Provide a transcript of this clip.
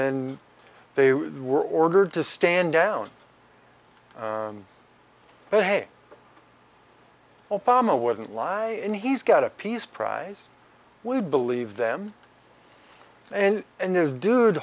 then they were ordered to stand down but hey obama wouldn't lie and he's got a peace prize we believe them and and this dude